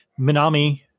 Minami